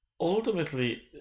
ultimately